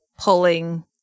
pulling